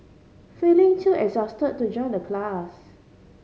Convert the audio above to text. feeling too exhaust to join the class